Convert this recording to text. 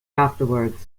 afterwards